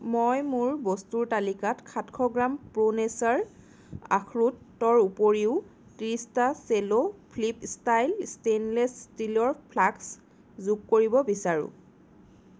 মই মোৰ বস্তুৰ তালিকাত সাতশ গ্ৰাম প্ৰো নেচাৰ আখৰোটৰ উপৰিও ত্ৰিছটা চেলো ফ্লিপ ষ্টাইল ষ্টেইনলেছ ষ্টীলৰ ফ্লাক্স যোগ কৰিব বিচাৰোঁ